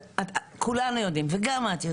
כולנו יודעים וגם את,